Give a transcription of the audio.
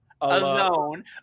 Alone